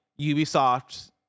ubisoft